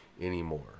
anymore